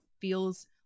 feels